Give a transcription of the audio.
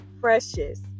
precious